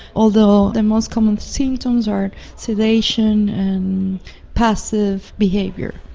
although the most common symptoms are sedation and passive behaviour.